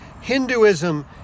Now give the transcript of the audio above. Hinduism